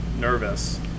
nervous